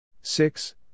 Six